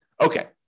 Okay